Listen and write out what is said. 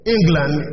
England